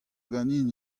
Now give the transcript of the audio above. ganin